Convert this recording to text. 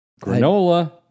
Granola